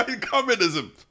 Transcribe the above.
communism